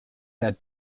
bed